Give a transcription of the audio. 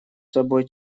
собой